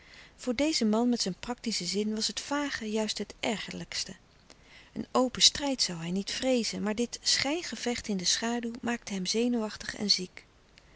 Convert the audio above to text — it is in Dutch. voor dezen man met zijn praktischen zin was het vage juist het ergerlijkste een open strijd zoû hij niet vreezen maar dit schijngevecht in de schaduw maakte hem zenuwachtig en ziek